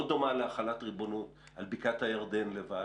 לא דומה להחלת ריבונות על בקעת הירדן לבד,